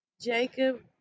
Jacob